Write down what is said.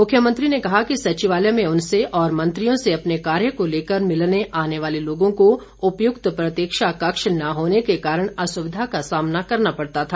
मुख्यमंत्री ने कहा कि सचिवालय में उनसे और मंत्रियों से अपने कार्य को लेकर मिलने आने वाले लोगों को उपयुक्त प्रतीक्षा कक्ष न होने के कारण असुविधा का सामना करना पड़ता था